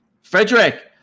frederick